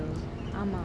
ஆமா:ama